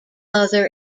other